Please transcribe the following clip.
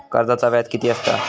कर्जाचा व्याज कीती असता?